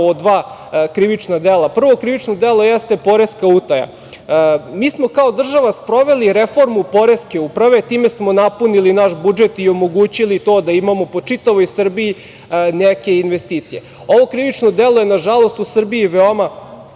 o dva krivična dela. Prvo krivično delo jeste poreska utaja. Mi smo kao država sproveli reformu poreske uprave. Time smo napunili naš budžet i omogućili to da imamo po čitavoj Srbiji neke investicije. Ovo krivično delo je nažalost u Srbiji veoma